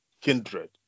kindred